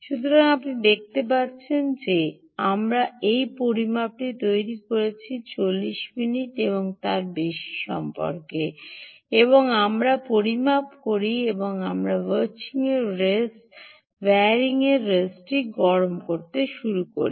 সুতরাং আপনি দেখতে পাচ্ছেন যে আমরা এই পরিমাপটি তৈরি করেছি 40 মিনিট বা তার বেশি সম্পর্কে এবং আমরা পরিমাপ করি এবং আমরা ভার্চিংয়ের রেসVarching's Race ভারিংয়ের রেসটিVarching's Race গরম করতে শুরু করি